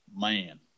man